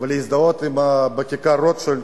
ולהזדהות בכיכר-רוטשילד,